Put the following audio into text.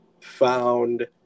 found